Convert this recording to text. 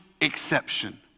exception